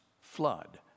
flood